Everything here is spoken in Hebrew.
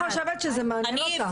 אני לא חושבת שזה מעניין אותם.